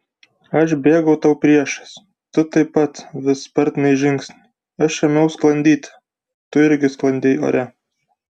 aš bėgau tau priešais tu taip pat vis spartinai žingsnį aš ėmiau sklandyti tu irgi sklandei ore